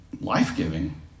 life-giving